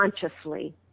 consciously